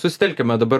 susitelkime dabar